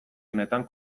honetan